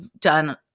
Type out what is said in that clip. done